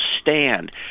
stand